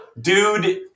dude